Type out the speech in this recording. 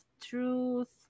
truth